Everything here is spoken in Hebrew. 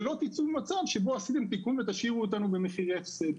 שלא תצאו במצב שבו עשיתם תיקון ותשאירו אותנו במחירי הפסד.